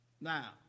now